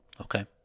Okay